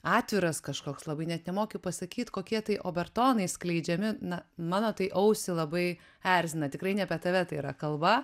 atviras kažkoks labai net nemoki pasakyt kokie tai obertonai skleidžiami na mano tai ausį labai erzina tikrai ne apie tave tai yra kalba